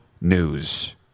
News